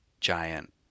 giant